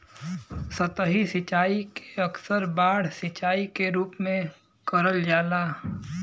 सतही सिंचाई के अक्सर बाढ़ सिंचाई के रूप में करल जाला